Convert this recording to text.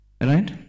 right